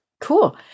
Cool